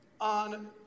on